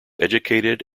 educated